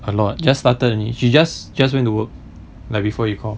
a lot just started [one] she just just went to work like before you call